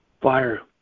fire